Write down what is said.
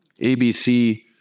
ABC